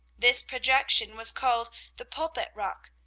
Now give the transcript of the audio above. this projection was called the pulpit-rock,